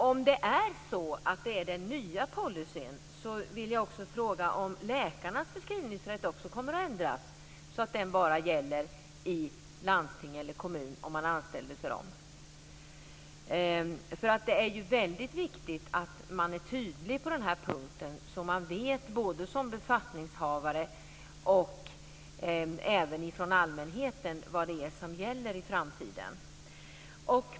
Om det är den nya policyn vill jag fråga om läkarnas förskrivningsrätt också kommer att ändras så att den bara gäller om läkaren är anställd av landsting eller kommun. Det är väldigt viktigt att man är tydlig på den här punkten så att både befattningshavare och allmänheten vet vad som gäller i framtiden. Herr talman!